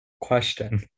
Question